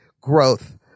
growth